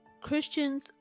Christians